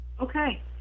Okay